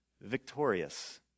victorious